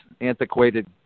antiquated